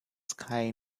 sky